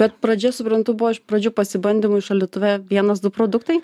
bet pradžia suprantu buvo iš pradžių pasibandymui šaldytuve vienas du produktai